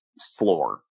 floor